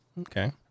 Okay